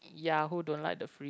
ya who don't like the free